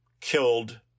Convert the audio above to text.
killed